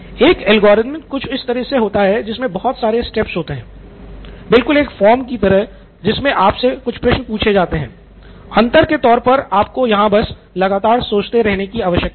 एक एल्गोरिथ्म कुछ इस तरह होता है जिसमे बहुत सारे स्टेप्स होते है बिलकुल एक फॉर्म की तरह जिसमे आपसे कुछ प्रश्न पूछे जाते हैं अंतर के तौर पर आपको यहाँ बस लगातार सोचते रहने की आवश्यकता है